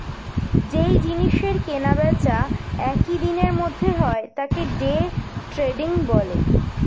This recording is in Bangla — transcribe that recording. যেই জিনিসের কেনা বেচা একই দিনের মধ্যে হয় তাকে ডে ট্রেডিং বলে